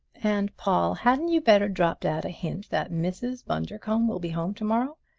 and, paul, hadn't you better drop dad a hint that mrs. bundercombe will be home to-morrow?